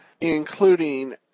including